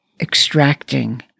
extracting